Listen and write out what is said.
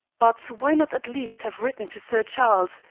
but why not at least have written to sir charles,